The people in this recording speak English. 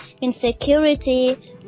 insecurity